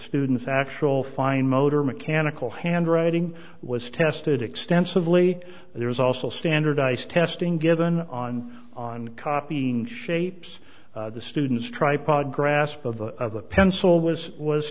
students actual fine motor mechanical handwriting was tested extensively there was also standardized testing given on on copying shapes the student's tripod grasp of a pencil was was